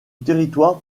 territoire